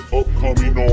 upcoming